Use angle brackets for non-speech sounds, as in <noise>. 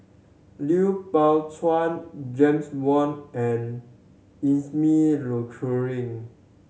Lui Pao Chuen James Wong and <unintelligible> Luering